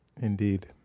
Indeed